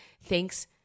Thanks